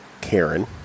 Karen